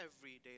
everyday